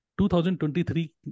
2023